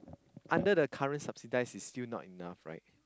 under the current subsidise it's not enough right